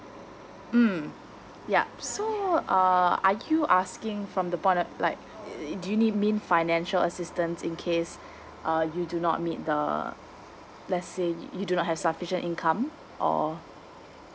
mm yup so uh are you asking from the point of like it do you ne~ mean financial assistance in case uh you do not meet the let's say you do not have sufficient income or